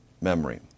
memory